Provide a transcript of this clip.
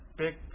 big